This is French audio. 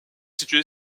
située